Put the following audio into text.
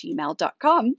gmail.com